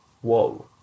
whoa